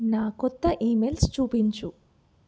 నాకు కొత్త ఈమెయిల్స్ చూపించు